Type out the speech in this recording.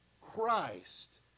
Christ